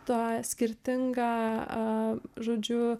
tą skirtingą žodžiu